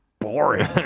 boring